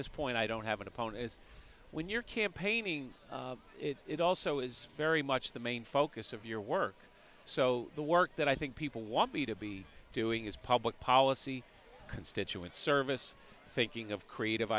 this point i don't have an opponent is when you're campaigning it also is very much the main focus of your work so the work that i think people want me to be doing is public policy constituent service thinking of creative